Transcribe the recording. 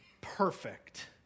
perfect